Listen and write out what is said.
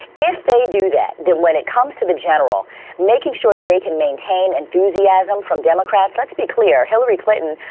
if they do that, then when it comes to the general making sure that they can maintain enthusiasm from democrats, let's be clear, hillary clinton,